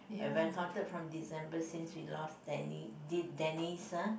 if I counted from December since we lost Dennis Dennis uh